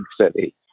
city